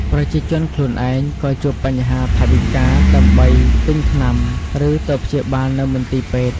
ប្រជាជនខ្លួនឯងក៏ជួបបញ្ហាថវិកាដើម្បីទិញថ្នាំ ឬទៅព្យាបាលនៅមន្ទីរពេទ្យ។